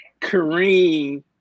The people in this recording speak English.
Kareem